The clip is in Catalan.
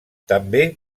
també